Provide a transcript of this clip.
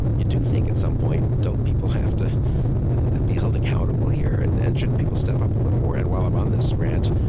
you do think at some point don't people have to be held accountable here and and shouldn't people step up a little more? and while i'm on this rant,